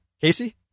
Casey